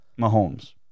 Mahomes